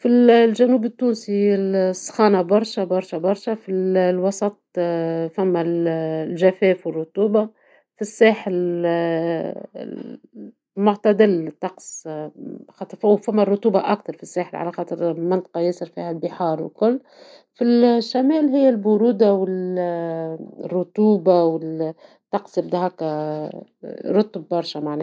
في الجنوب التونسي سخانة برشا برشا برشا ، في الوسط فما الجفاف والرطوبة ،في الساحل معتدل الطقس خاطر فما رطوبة أكثر في الساحل ، منطقة ياسر فيها البحار والكل ، في الشمال هي البرودة والرطوبة والطقس هكا يبدى رطب برشا معناها.